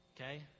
okay